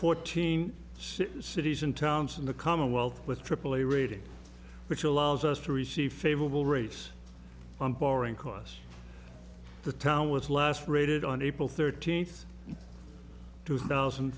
fourteen cities and towns in the commonwealth with aaa rating which allows us to receive favorable race on boring cos the town was last rated on april thirteenth two thousand